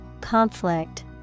conflict